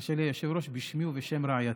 תרשה לי היושב-ראש, בשמי ובשם רעייתי,